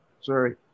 Sorry